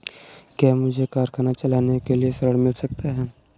क्या मुझे कारखाना चलाने के लिए ऋण मिल सकता है?